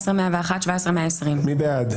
16,781 עד 16,800. מי בעד?